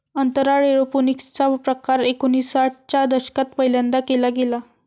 अंतराळात एरोपोनिक्स चा प्रकार एकोणिसाठ च्या दशकात पहिल्यांदा केला गेला